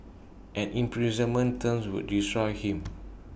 an imprisonment term would destroy him